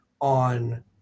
on